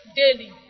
daily